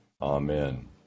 amen